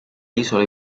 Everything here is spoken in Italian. isole